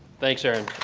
thanks, aaron.